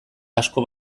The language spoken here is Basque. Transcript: asko